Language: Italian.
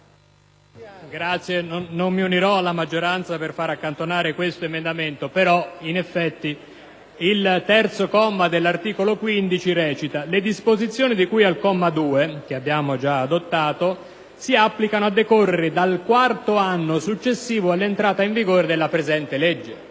Presidente, non mi unirò alla maggioranza per far accantonare l'emendamento 15.206, però in effetti il comma 3 dell'articolo 15 recita: «Le disposizioni di cui al comma 2» - che abbiamo già adottato - «si applicano a decorrere dal quarto anno successivo all'entrata in vigore della presente legge».